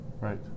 Right